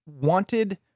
wanted